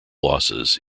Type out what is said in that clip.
losses